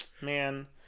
man